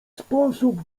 sposób